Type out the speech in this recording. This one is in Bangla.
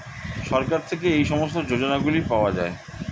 সরকার থেকে এই সমস্ত যোজনাগুলো পাওয়া যায়